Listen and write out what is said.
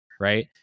Right